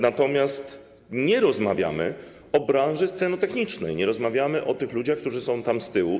Natomiast nie rozmawiamy o branży scenotechnicznej, nie rozmawiamy o tych ludziach, którzy są z tyłu.